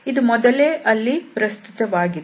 ಇದು ಮೊದಲೇ ಅಲ್ಲಿ ಪ್ರಸ್ತುತವಾಗಿತ್ತು